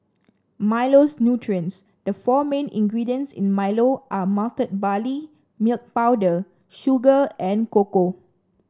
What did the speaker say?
Milo's nutrients The four main ingredients in Milo are malted barley milk powder sugar and cocoa